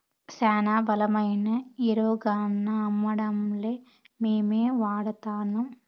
శానా బలమైన ఎరువుగాన్నా అమ్మడంలే మేమే వాడతాన్నం